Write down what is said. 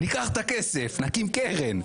ניקח את הכסף, נקים קרן.